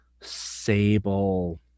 Sable